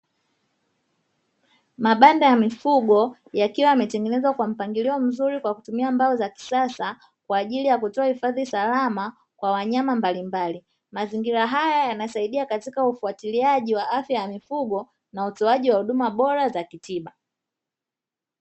Mabanda ya mifugo yakiwa yametengenezwa kwa mpangilio mzuri, kwa kutumia mbao za kisasa kwa ajili ya kutoa hifadhi salama kwa wanyama mbalimbali, mazingira haya yanasaidia katika ufuatiliaji wa afya ya mifugo na utoaji wa huduma bora za kitiba.